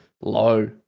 low